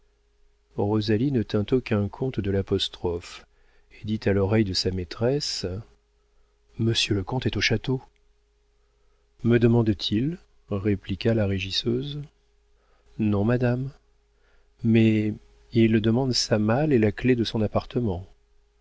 rosalie ne tint aucun compte de l'apostrophe et dit à l'oreille de sa maîtresse monsieur le comte est au château me demande-t-il répliqua la régisseuse non madame mais il demande sa malle et la clef de son appartement